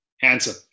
Handsome